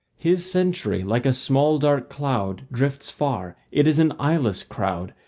his century like a small dark cloud drifts far it is an eyeless crowd,